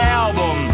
album